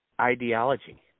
ideology